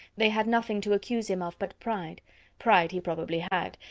they had nothing to accuse him of but pride pride he probably had,